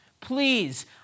please